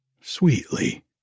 Sweetly